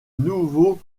nouveaux